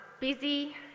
busy